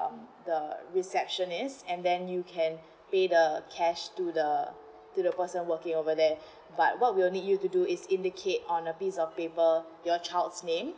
um the receptionist and then you can pay the cash to the to the person working over there but what we'll need you to do is indicate on a piece of paper your child's name